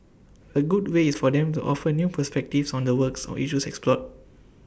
A good way is for them to offer new perspectives on the works or issues explored